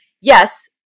yes